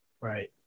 Right